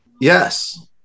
Yes